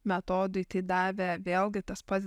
metodui tai davė vėlgi tas pats